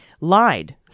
lied